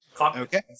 Okay